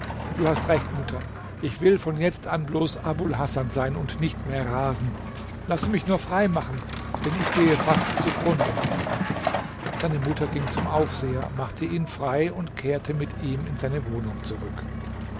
du hast recht mutter ich will von jetzt an bloß abul hasan sein und nicht mehr rasen lasse mich nur freimachen denn ich gehe fast zugrunde seine mutter ging zum aufseher machte ihn frei und kehrte mit ihm in seine wohnung zurück